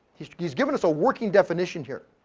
he's he's given us a working definition here.